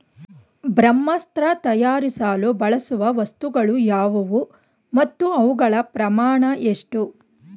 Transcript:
ಬ್ರಹ್ಮಾಸ್ತ್ರ ತಯಾರಿಸಲು ಬಳಸುವ ವಸ್ತುಗಳು ಯಾವುವು ಮತ್ತು ಅವುಗಳ ಪ್ರಮಾಣ ಎಷ್ಟು?